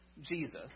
Jesus